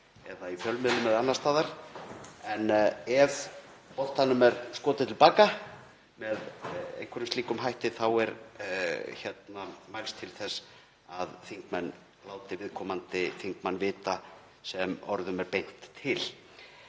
eða í fjölmiðlum eða annars staðar, en ef boltanum er skotið til baka með einhverjum slíkum hætti er mælst til þess að þingmenn láti viðkomandi þingmann vita sem orðum er beint til.